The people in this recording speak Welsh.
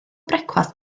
brecwast